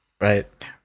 Right